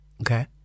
Okay